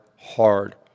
hard